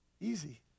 Easy